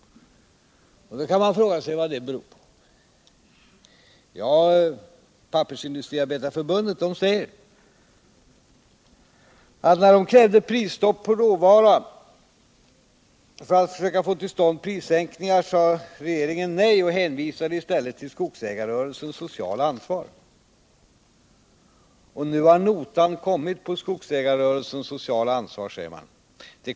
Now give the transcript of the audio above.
Då kan man fråga sig vad det beror på. När Pappersindustriarbetareförbundet krävde prisstopp på råvaran för att försöka få till stånd prissänkningar, sade regeringen nej och hänvisade i stället till skogsägarrörelsens sociala ansvar. Nu har notan kommit på skogsägarrörelsens sociala ansvar, säger förbundet.